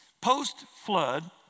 Post-flood